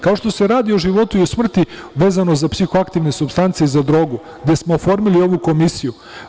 Kao što se radi o životu i o smrti, vezano za psihoaktivne supstance i za drogu, gde smo oformili ovu komisiju.